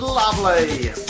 Lovely